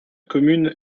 commune